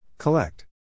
Collect